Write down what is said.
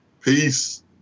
Peace